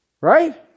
Right